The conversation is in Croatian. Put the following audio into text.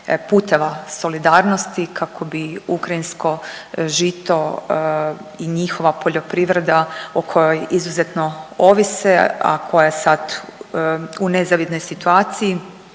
puteva solidarnosti kako bi ukrajinsko žito i njihova poljoprivreda o kojoj izuzetno ovise, a koja je sad u nezavidnoj situaciji